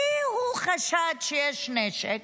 כי הוא חשד שיש נשק,